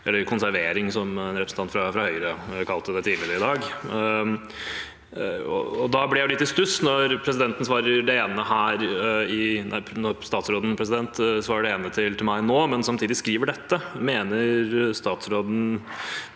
eller konservering, som en representant fra Høyre kalte det tidligere i dag. Jeg blir litt i stuss når statsråden svarer det ene til meg nå, men samtidig skriver dette.